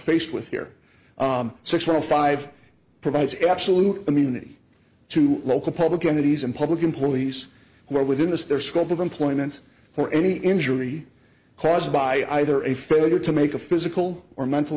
faced with here six row five provides absolute immunity to local public entities and public employees who are within this their scope of employment for any injury caused by either a failure to make a physical or mental